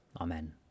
Amen